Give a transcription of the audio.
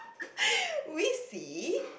we see